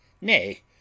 Nay